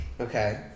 okay